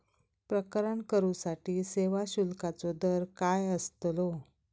प्रकरण करूसाठी सेवा शुल्काचो दर काय अस्तलो?